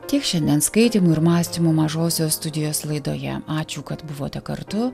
tiek šiandien skaitymų ir mąstymų mažosios studijos laidoje ačiū kad buvote kartu